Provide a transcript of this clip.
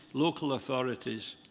local authorities,